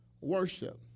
worship